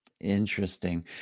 Interesting